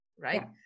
right